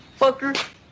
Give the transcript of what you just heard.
Fucker